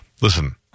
listen